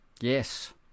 yes